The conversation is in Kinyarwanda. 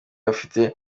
afite